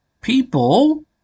people